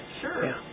Sure